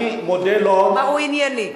אני מודה לו, הוא ענייני.